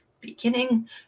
beginning